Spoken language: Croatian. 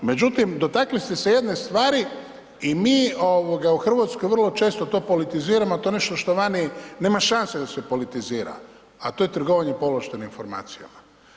Međutim, dotakli ste se jedne stvari i mi ovoga u Hrvatskoj vrlo često to politiziramo, a to je nešto što vani nema šanse da se politizira, a to je trgovanje povlaštenim informacijama.